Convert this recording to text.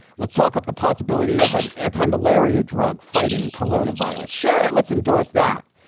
let's talk up the possibility of an anti-malaria drug fighting corona virus. sure. let's endorse that.